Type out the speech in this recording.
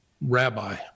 rabbi